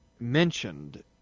Mentioned